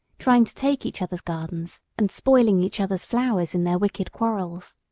trying to take each other's gardens and spoiling each other's flowers in their wicked quarrels.